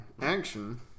action